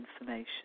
information